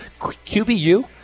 QBU